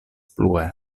plue